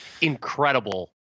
incredible